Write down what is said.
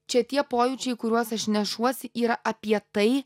čia tie pojūčiai kuriuos aš nešuosi yra apie tai